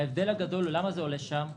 ההבדל הגדול, למה זה עולה בשדה התעופה פחות?